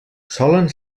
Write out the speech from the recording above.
solen